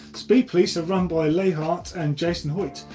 speed police are run by leigh hart and jason hoyt.